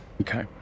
Okay